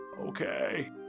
Okay